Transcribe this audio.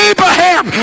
Abraham